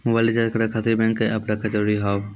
Mobile recharge करे खातिर bank के ऐप रखे जरूरी हाव है?